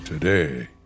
today